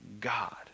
God